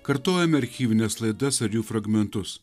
kartojame archyvines laidas ar jų fragmentus